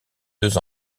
deux